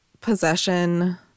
possession